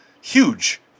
huge